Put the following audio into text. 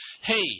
hey